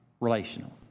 relational